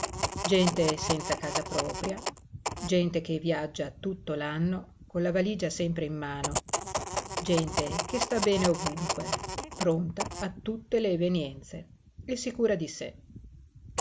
gente senza casa propria gente che viaggia tutto l'anno con la valigia sempre in mano gente che sta bene ovunque pronta a tutte le evenienze e sicura di sé